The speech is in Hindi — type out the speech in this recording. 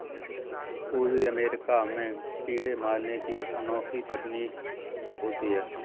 पूर्वी अमेरिका में कीड़े मारने की अनोखी तकनीक होती है